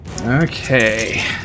okay